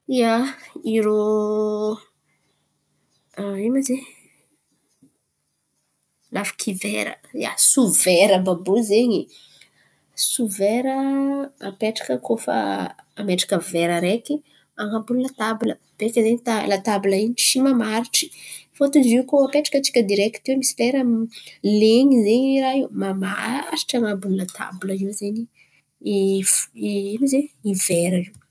Ia, irô ino ma izy in̈y? Lafiky vera, ia, so vera àby àby io zen̈y so vera apetraka koa fa ametraka vera araiky an̈abon'ny latabla. Beka zen̈y ta- latabla in̈y tsy mamaritry fôtony izy io koa apetrakan-tsika direkty iô misy lera len̈y zen̈y mamaritry an̈abon'ny latabla io zen̈y i fo. I ino ma zen̈y? I vera io.